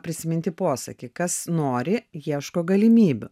prisiminti posakį kas nori ieško galimybių